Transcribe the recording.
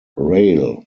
rail